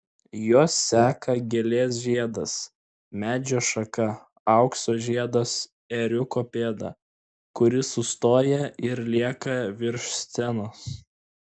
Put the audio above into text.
juos seka gėlės žiedas medžio šaka aukso žiedas ėriuko pėda kuri sustoja ir lieka virš scenos